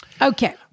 Okay